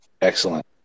excellent